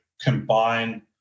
combine